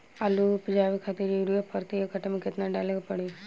आलू उपजावे खातिर यूरिया प्रति एक कट्ठा केतना डाले के पड़ी?